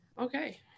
okay